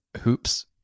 hoops